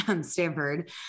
Stanford